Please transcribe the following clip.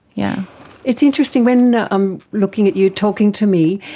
yeah it's interesting, when i'm looking at you talking to me,